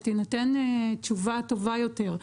שתינתן תשובה טובה יותר,